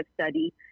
study